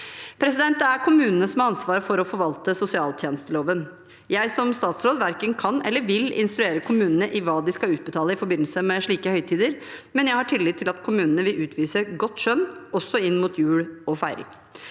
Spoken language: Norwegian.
året. Det er kommunene som har ansvar for å forvalte sosialtjenesteloven. Jeg som statsråd verken kan eller vil instruere kommunene i hva de skal utbetale i forbindelse med slike høytider. Men jeg har tillit til at kommunene vil utvise godt skjønn også inn mot jul og julefeiring.